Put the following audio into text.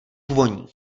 voní